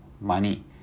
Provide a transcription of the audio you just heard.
money